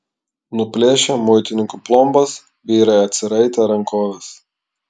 nuplėšę muitininkų plombas vyrai atsiraitė rankoves